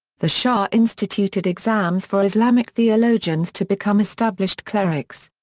the shah instituted exams for islamic theologians to become established clerics.